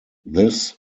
this